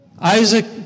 Isaac